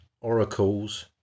oracles